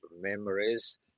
memories